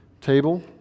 table